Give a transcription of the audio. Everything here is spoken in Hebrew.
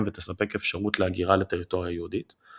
ותספק אפשרות להגירה לטריטוריה היהודית.